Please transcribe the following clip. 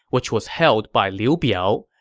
which was held by liu biao,